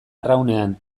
arraunean